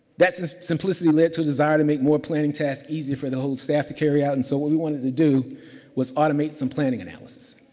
that simplicity led to a desire to make more planning tasks easier for the whole staff to carry out. and so, what we wanted to do was automate some planning analysis.